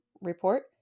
report